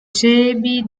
cebi